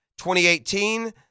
2018